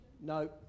No